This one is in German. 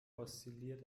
oszilliert